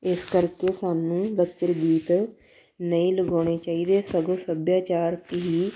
ਇਸ ਕਰਕੇ ਸਾਨੂੰ ਲੱਚਰ ਗੀਤ ਨਹੀਂ ਲਗਾਉਣੇ ਚਾਹੀਦੇ ਸਗੋਂ ਸੱਭਿਆਚਾਰਕ ਹੀ